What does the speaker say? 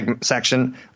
section